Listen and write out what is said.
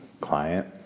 client